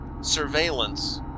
surveillance